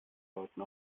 deuten